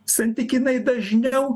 santykinai dažniau